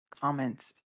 Comments